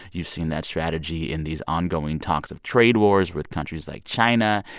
you've seen that strategy in these ongoing talks of trade wars with countries like china.